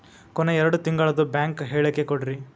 ಕೊನೆ ಎರಡು ತಿಂಗಳದು ಬ್ಯಾಂಕ್ ಹೇಳಕಿ ಕೊಡ್ರಿ